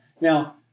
Now